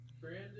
Brandon